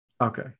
Okay